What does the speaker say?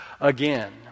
again